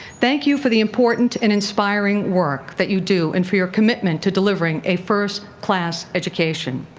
thank you for the important and inspiring work that you do and for your commitment to delivering a first class education.